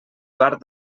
part